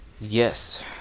yes